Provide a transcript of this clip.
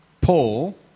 Paul